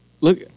Look –